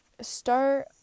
start